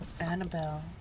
Annabelle